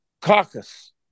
caucus